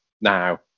now